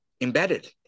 embedded